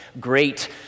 great